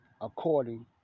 according